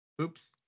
Oops